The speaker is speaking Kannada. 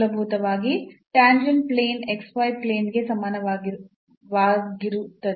ಮೂಲಭೂತವಾಗಿ ಟ್ಯಾಂಜೆಂಟ್ ಪ್ಲೇನ್ ಪ್ಲೇನ್ಗೆ ಸಮಾನಾಂತರವಾಗಿರುತ್ತದೆ